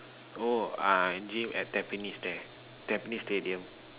oh I gym at Tampines there Tampines stadium